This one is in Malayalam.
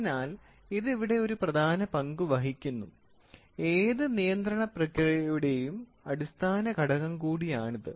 അതിനാൽ ഇത് ഇവിടെ ഒരു പ്രധാന പങ്ക് വഹിക്കുന്നു ഏത് നിയന്ത്രണ പ്രക്രിയയുടെയും അടിസ്ഥാന ഘടകം കൂടിയാണത്